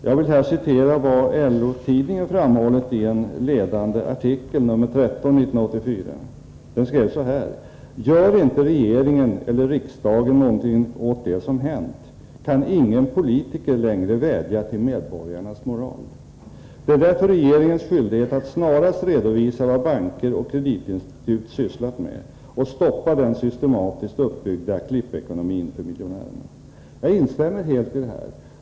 Jag vill här citera vad LO-tidningen framhållit i en ledande artikel i nr 13 år 1984: Gör inte regeringen eller riksdagen någonting åt det som hänt kan ingen politiker längre vädja till medborgarnas moral. Det är därför regeringens skyldighet att snarast redovisa vad banker och kreditinstitut sysslat med och stoppa den systematiskt uppbyggda klippekonomin för miljonärerna. Jag instämmer helt i detta.